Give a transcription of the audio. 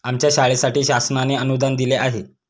आमच्या शाळेसाठी शासनाने अनुदान दिले आहे